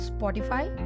Spotify